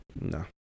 No